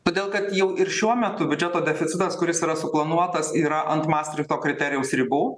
todėl kad jau ir šiuo metu biudžeto deficitas kuris yra suplanuotas yra ant mastrichto kriterijaus ribų